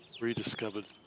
rediscovered